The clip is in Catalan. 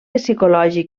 psicològic